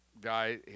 guy